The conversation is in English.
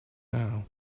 now